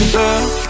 love